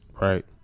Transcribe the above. Right